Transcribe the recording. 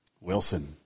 Wilson